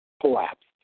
collapsed